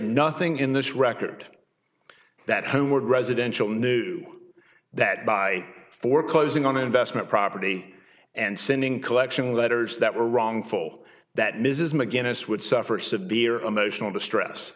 nothing in this record that homewood residential knew that by foreclosing on investment property and sending collection letters that were wrongful that mrs mcginnis would suffer severe emotional distress